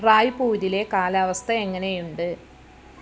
റായ്പ്പൂരിലെ കാലാവസ്ഥ എങ്ങനെയുണ്ട്